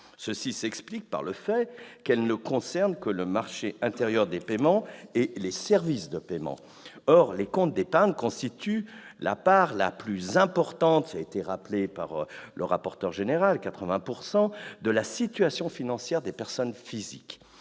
Cela s'explique par le fait qu'elle ne concerne que le marché intérieur des paiements et les services de paiement. Or les comptes d'épargne constituent la part la plus importante- à hauteur de 80 %, comme l'a rappelé le rapporteur général -de la situation financière des personnes physiques.